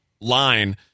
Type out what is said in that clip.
line